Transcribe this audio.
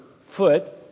foot